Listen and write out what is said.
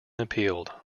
appealed